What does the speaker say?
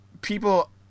people